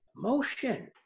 Motion